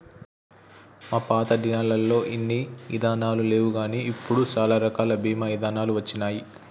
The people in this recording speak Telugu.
మా పాతదినాలల్లో ఇన్ని ఇదానాలు లేవుగాని ఇప్పుడు సాలా రకాల బీమా ఇదానాలు వచ్చినాయి